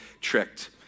tricked